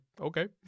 okay